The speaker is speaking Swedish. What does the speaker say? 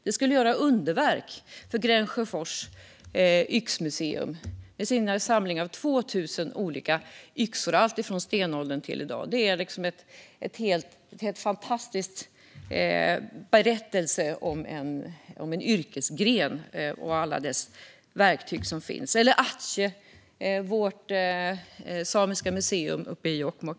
Det skulle göra underverk för Gränsfors Bruks yxmuseum. De har 2 000 olika yxor i sina samlingar, från stenåldern fram till i dag. Det är en fantastisk berättelse om en yrkesgren och alla dess verktyg. Ett annat exempel är Ájtte, vårt samiska museum uppe i Jokkmokk.